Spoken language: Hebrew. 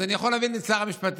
אז אני יכול להבין את שר המשפטים.